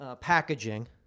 packaging